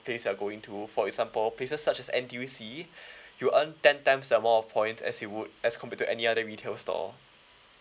place you are going to for example places such as N_T_U_C you earn ten times the amount of points as you would as compared to any other retail store